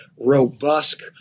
robust